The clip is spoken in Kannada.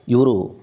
ಇವರು